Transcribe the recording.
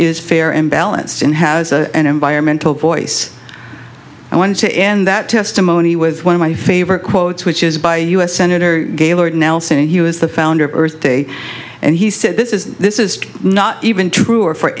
is fair and balanced and has an environmental voice i want to end that testimony with one of my favorite quotes which is by a us senator gaylord nelson he was the founder of earth day and he said this is this is not even true or for